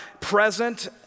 present